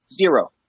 zero